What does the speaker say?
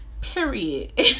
period